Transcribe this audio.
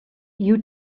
you